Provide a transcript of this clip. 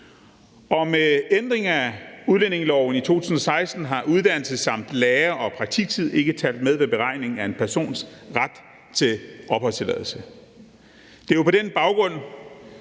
Med ændringen af udlændingeloven i 2016 tæller uddannelse samt lærer- og praktiktid ikke med ved beregningen af en persons ret til opholdstilladelse. Forslaget har